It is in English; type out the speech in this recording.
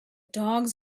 dogs